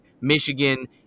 michigan